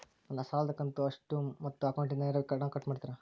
ನನ್ನ ಸಾಲದ ಕಂತು ಎಷ್ಟು ಮತ್ತು ಅಕೌಂಟಿಂದ ನೇರವಾಗಿ ಹಣ ಕಟ್ ಮಾಡ್ತಿರಾ?